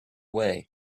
way